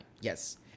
yes